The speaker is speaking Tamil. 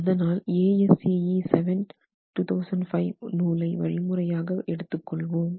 அதனால் ASCE7 05 நூலை வழிமுறைகாக எடுத்துக் கொள்கிறோம்